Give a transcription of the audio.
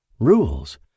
Rules